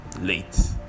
late